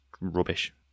rubbish